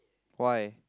why